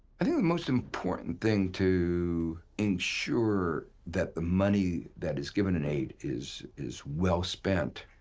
i think the most important thing to ensure that the money that is given in aid is, is well-spent,